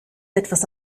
etwas